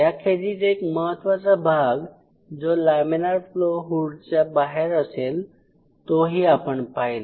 याखेरीज एक महत्त्वाचा भाग जो लॅमिनार फ्लो हुडच्या बाहेर असेल तो ही आपण पाहिला